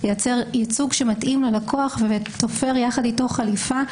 לייצר ייצוג שמתאים ללקוח ותופר יחד איתו חליפה,